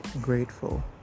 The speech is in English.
grateful